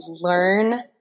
learn